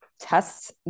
tests